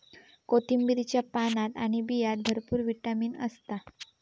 कोथिंबीरीच्या पानात आणि बियांत भरपूर विटामीन असता